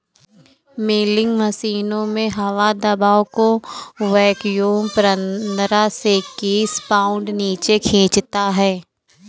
milking मशीनों में हवा दबाव को वैक्यूम पंद्रह से इक्कीस पाउंड नीचे खींचता है